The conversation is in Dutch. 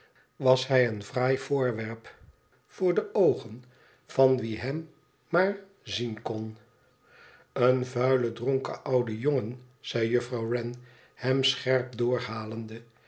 was hij een fraai voorwerp voor de oogen van wie hem maar zien kon f een vuile dronken oude jongen zei juffrouw wren hem scherp doorhalende